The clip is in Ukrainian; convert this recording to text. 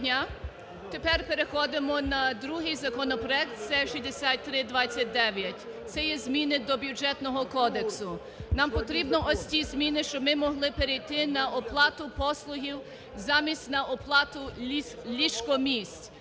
Тепер переходимо на другий законопроект, це 6329, це є зміни до Бюджетного кодексу. Нам потрібно ось ці зміни, щоб ми могли перейти на оплату послуг замість на оплату ліжко-місць,